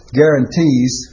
guarantees